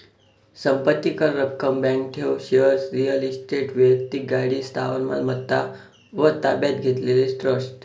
संपत्ती कर, रक्कम, बँक ठेव, शेअर्स, रिअल इस्टेट, वैक्तिक गाडी, स्थावर मालमत्ता व ताब्यात घेतलेले ट्रस्ट